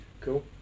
Cool